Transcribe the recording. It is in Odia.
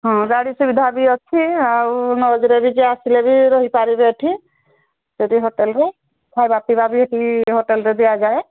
ହଁ ଗାଡ଼ି ସୁବିଧା ବି ଅଛି ଆଉ ଲଜ୍ରେ ବି ଯିଏ ଆସିଲେ ବି ରହିପାରିବେ ଏଠି ସେଠି ହୋଟେଲ୍ରେ ଖାଇବା ପିଇବା ବି ଏଠି ହୋଟେଲ୍ରେ ଦିଆଯାଏ